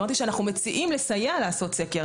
אמרתי שאנחנו מציעים לסייע לעשות סקר.